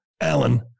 Alan